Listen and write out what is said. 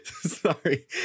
sorry